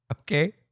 Okay